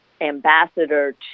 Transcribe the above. ambassador